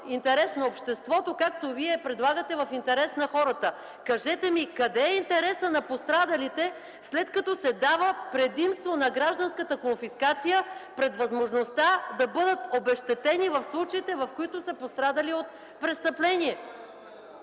интерес на обществото, както Вие предлагате – в интерес на хората. Кажете ми, къде е интересът на пострадалите, след като се дава предимство на гражданската конфискация пред възможността да бъдат обезщетени в случаите, в които са пострадали от престъпление?